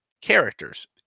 characters